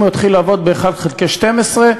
אם הוא יתחיל לעבוד ב-1 חלקי 12,